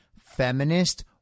feminist